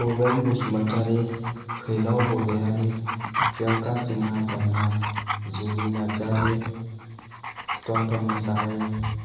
भुबेन बसुमतारी फैलाव बरग'यारि प्रियांका सिंहा ब्रह्म जुलि नार्जारी स्टन तन मुशाहारि